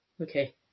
Okay